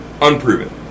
Unproven